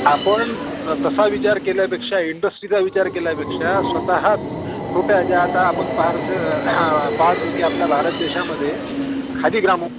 आपण तसा विचार केल्यापेक्षा इंडस्ट्रीचा विचार केल्यापेक्षा स्वतःच छोट्या ज्या आता आपण पाहारसं पाहतो की आपल्या भारत देशामध्ये खादी ग्रामो